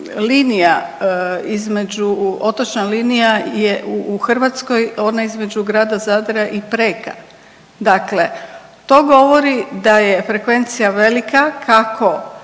linija između otočna linija je u Hrvatskoj ona između grada Zadra i Prega, dakle to govori da je frekvencija velika kako